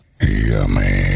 Yummy